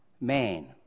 man